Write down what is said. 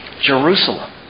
Jerusalem